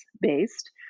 based